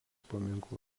paminklų